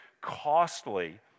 costly